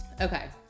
Okay